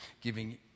Giving